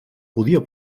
podia